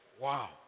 Wow